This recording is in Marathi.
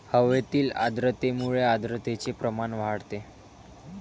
हवेतील आर्द्रतेमुळे आर्द्रतेचे प्रमाण वाढते